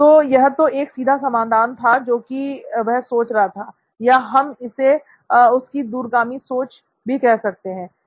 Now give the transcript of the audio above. तो यह तो एक सीधा समाधान था जो कि वह सोच रहा था या हम इसे उसकी दूरगामी सोच भी कह सकते हैं